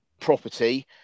property